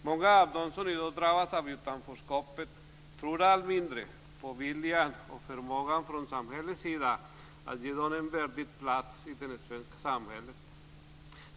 Många av dem som i dag drabbas av utanförskapet tror allt mindre på viljan och förmågan från samhällets sida att ge dem en värdig plats i det svenska samhället.